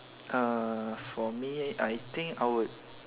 uh for me I think I would